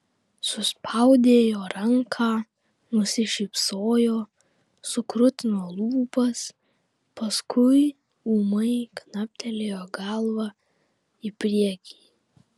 suspaudė jo ranką nusišypsojo sukrutino lūpas paskui ūmai knaptelėjo galva į priekį